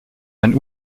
ein